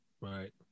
Right